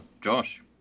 Josh